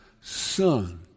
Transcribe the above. son